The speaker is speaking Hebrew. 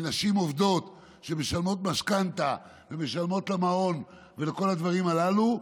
מנשים עובדות שמשלמות משכנתה ומשלמות על מעון ועל כל הדברים הללו,